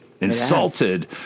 insulted